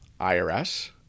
IRS